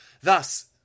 Thus